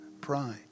pride